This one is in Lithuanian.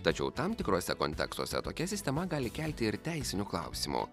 tačiau tam tikruose kontekstuose tokia sistema gali kelti ir teisinių klausimų